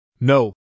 No